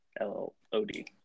L-O-D